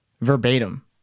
verbatim